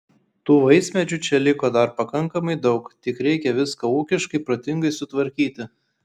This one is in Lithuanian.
tų vaismedžių čia liko dar pakankamai daug tik reikia viską ūkiškai protingai sutvarkyti